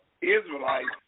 Israelites